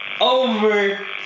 over